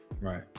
Right